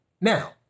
Now